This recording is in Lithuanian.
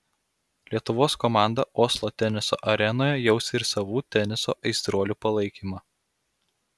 lietuvos komandą oslo teniso arenoje jaus ir savų teniso aistruolių palaikymą